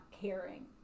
caring